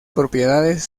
propiedades